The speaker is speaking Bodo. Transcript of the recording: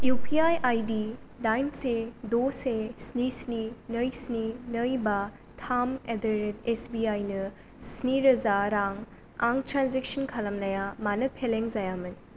इउ पि आइ आइदि दाइन से द' से स्नि स्नि नै स्नि नै बा थाम एट दि रेट एसबिआई नो स्निरोजा रां आं ट्रेन्जेक्सन खालामनाया मानो फेलें जायामोन